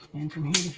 and from here